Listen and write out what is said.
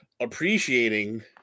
appreciating